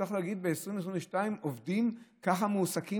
שצריך להגיד ב-2022 שעובדים ככה מועסקים?